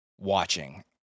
watching